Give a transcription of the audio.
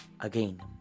Again